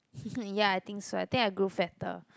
ya I think so I think I grew fatter